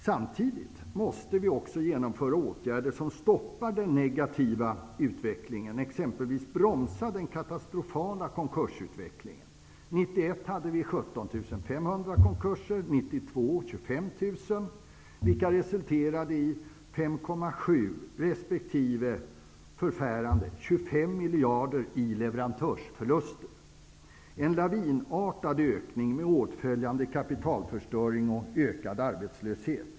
Samtidigt måste vi genomföra åtgärder som stoppar den negativa utvecklingen, exempelvis bromsa den katastrofala konkursutvecklingen. 1991 hade vi 17.500 konkurser, 25 000 år 1992, vilka resulterade i 5,7 resp. förfärande 25 miljarder i leverantörsförluster. En lavinartad ökning med åtföljande kapitalförstöring och ökad arbetslöshet.